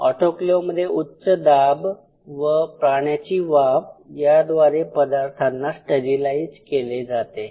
ऑटोक्लेवमध्ये उच्च दाब व पाण्याची वाफ याद्वारे पदार्थांना स्टरीलाईज केले जाते